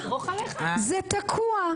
זה תקוע,